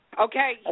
Okay